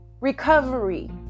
recovery